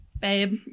babe